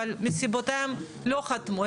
אבל מסיבותיהם לא חתמו,